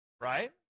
right